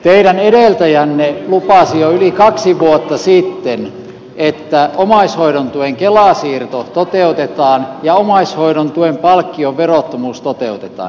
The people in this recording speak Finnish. teidän edeltäjänne lupasi jo yli kaksi vuotta sitten että omaishoidon tuen kela siirto toteutetaan ja omaishoidon tuen palkkion verottomuus toteutetaan